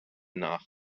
nach